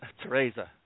Teresa